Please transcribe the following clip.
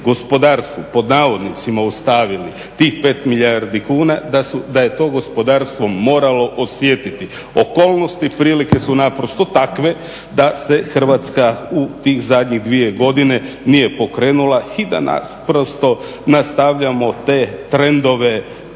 gospodarstvu pod navodnicima ostavili tih 5 milijardi kuna da je to gospodarstvo moralo osjetiti. Okolnosti i prilike su naprosto takve da se Hrvatska u tih zadnjih dvije godine nije pokrenula i da naprosto nastavljamo te trendove